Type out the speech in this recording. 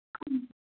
ꯎꯝ